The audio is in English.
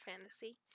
fantasy